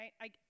right